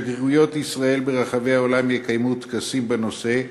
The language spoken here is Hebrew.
שגרירויות ישראל ברחבי העולם יקיימו טקסים בנושא.